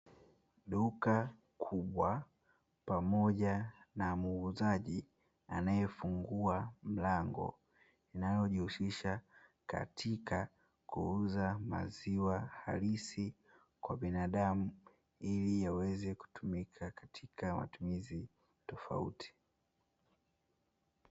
Duka kubwa pamoja na muuzaji anayefungua mlango, linalojihusisha katika kuuza maziwa halisi kwa binadamu ili yaweze kutumika katika matumizi tofauti.